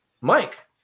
Mike